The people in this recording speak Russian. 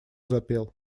запел